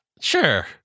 sure